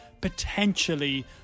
Potentially